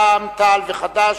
רע"ם-תע"ל וחד"ש,